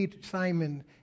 Simon